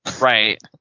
Right